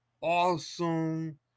awesome